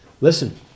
Listen